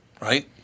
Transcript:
right